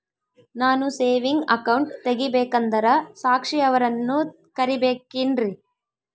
ನಾನು saving account ತೆಗಿಬೇಕಂದರ ಸಾಕ್ಷಿಯವರನ್ನು ಕರಿಬೇಕಿನ್ರಿ?